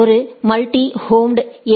ஒரு multi home ஏ